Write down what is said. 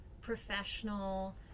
professional